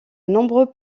nombreux